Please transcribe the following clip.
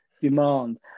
demand